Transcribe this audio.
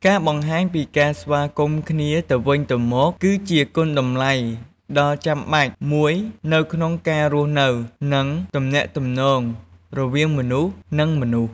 ការបង្ហាញពីការស្វាគមន៍គ្នាទៅវិញទៅមកគឺជាគុណតម្លៃដ៏ចំបាច់មួយនៅក្នុងការរស់នៅ និងទំនាក់ទំនងវវាងមនុស្ស និង មនុស្ស។